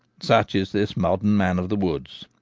such is this modern man of the woods.